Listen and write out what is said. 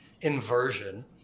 inversion